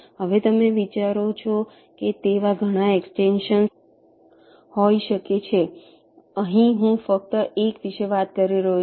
હવે તમે વિચારી શકો તેવા ઘણા એક્સ્ટેન્શન્સ હોઈ શકે છે અહીં હું ફક્ત એક વિશે વાત કરી રહ્યો છું